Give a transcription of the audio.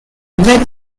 with